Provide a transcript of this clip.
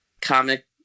comic